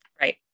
Right